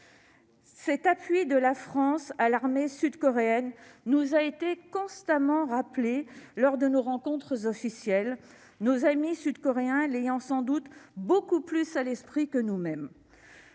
Cet appui de la France à l'armée sud-coréenne nous a été constamment rappelé lors de nos rencontres officielles, nos amis sud-coréens l'ayant sans doute beaucoup plus à l'esprit que nous-mêmes.